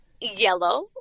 yellow